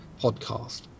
podcast